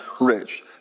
Rich